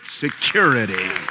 security